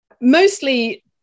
Mostly